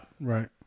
Right